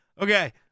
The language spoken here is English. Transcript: Okay